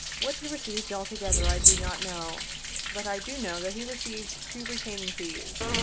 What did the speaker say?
what he received altogether i do not know but i do know that he received two retaining fees,